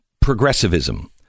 progressivism